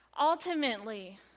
Ultimately